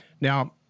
now